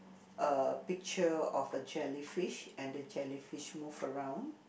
a picture of a jellyfish and the jellyfish move around